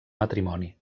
matrimoni